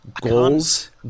goals